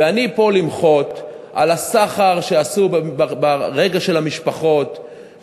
ואני פה כדי למחות על הסחר שעשו ברגש של המשפחות,